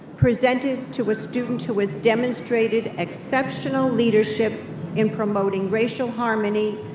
presented to a student who has demonstrated exceptional leadership in promoting racial harmony,